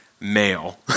male